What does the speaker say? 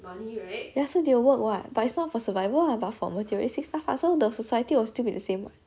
ya so they will work [what] but it's not for survival ah but for materialistic stuff ah so the society will still be the same [what]